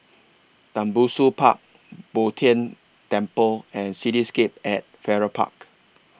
Tembusu Park Bo Tien Temple and Cityscape At Farrer Park